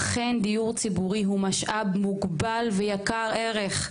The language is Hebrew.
אכן דיור ציבורי הוא משאב מוגבל ויקר ערך,